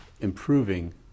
improving